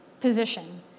position